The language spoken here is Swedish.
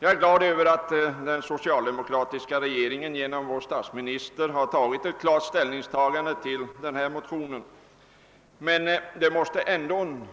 Jag är glad över att den socialdemokratiska regeringen genom vår statsminister har tagit klar ställning till det motionsförslag som nu behandlas. ändå måste detta,